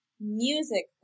music